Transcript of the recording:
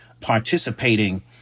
participating